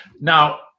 now